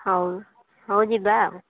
ହଉ ହଉ ଯିବା ଆଉ